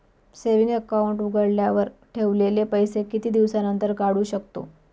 Saving account उघडल्यावर ठेवलेले पैसे किती दिवसानंतर काढू शकतो?